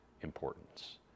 importance